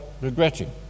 regretting